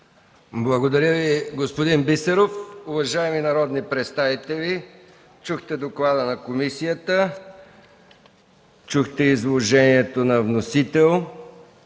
Благодаря Ви, господин Бисеров. Уважаеми народни представители, чухте доклада на комисията, чухте изложението на вносителя.